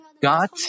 God